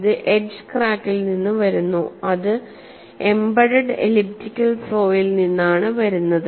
ഇത് എഡ്ജ് ക്രാക്കിൽ നിന്ന് വരുന്നു ഇത് എംബെഡഡ് എലിപ്റ്റിക്കൽ ഫ്ലോയിൽ നിന്നാണ് വരുന്നത്